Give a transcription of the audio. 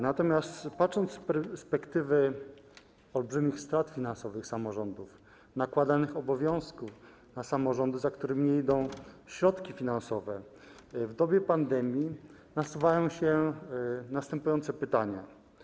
Natomiast patrząc z perspektywy olbrzymich strat finansowych samorządów, nakładanych obowiązków na samorządy, za którymi nie idą środki finansowe, w dobie pandemii nasuwają się następujące pytania.